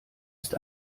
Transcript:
ist